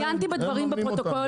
אני עיינתי בדברים בפרוטוקול --- כן,